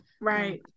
Right